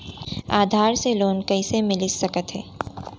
आधार से लोन कइसे मिलिस सकथे?